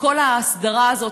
וכל ההסדרה הזאת,